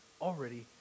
already